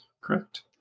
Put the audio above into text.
correct